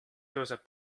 tõuseb